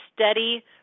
steady